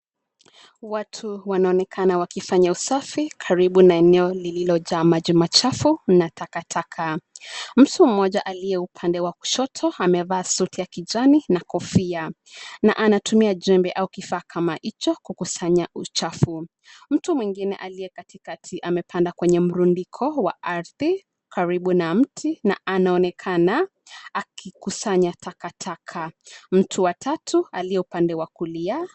Watu wanaonekana wakifanya usafi karibu na eneo lililojaa maji machafu na takataka. Mtu mmoja aliye upande wa kushoto amevaa suti ya kijani na kofia na anatumia jembe au kifaa kama hicho kukusanya uchafu. Mtu mwingine aliye katikati amepanda kwenye mrundiko wa ardhi karibu na mti na anaonekana akikusanya takataka. Mtu wa tatu aliye upande wa kulia.